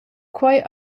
quei